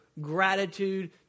gratitude